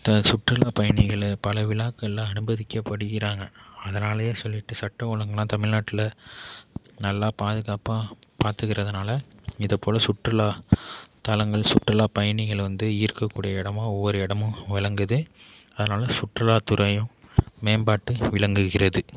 அந்த சுற்றுலா பயணிகள் பல விழாக்களில் அனுமதிக்கப்படுகிறாங்க அதனாலேயே சொல்லிவிட்டு சட்டம் ஒழுங்கெலாம் தமிழ்நாட்டில் நல்லா பாதுகாப்பாக பார்த்துகிறதுனால இதை போல் சுற்றுலா தளங்கள் சுற்றுலா பயணிகள் வந்து ஈர்க்கக்கூடிய இடமா ஒவ்வொரு இடமும் விளங்குது அதனால் சுற்றுலாத்துறையே மேம்பட்டு விளங்குகிறது